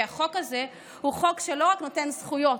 כי החוק הזה הוא חוק שלא רק נותן זכויות,